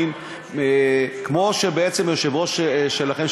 כמו היושב-ראש שלכם,